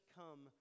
come